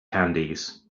candies